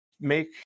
make